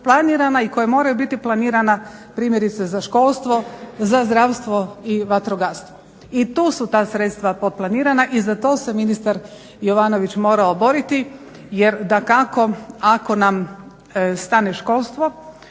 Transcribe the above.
i koja moraju biti planirana primjerice za školstvo, za zdravstvo i vatrogastvo. I tu su ta sredstva potplanirana i za to se ministar Jovanović morao boriti jer dakako ako nam stane školstvo,